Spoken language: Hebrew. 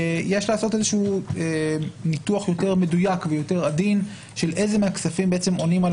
יש לעשות ניתוח יותר מדויק ויותר עדין של איזה מהכספים עונים על